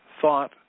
thought